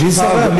מי זורה?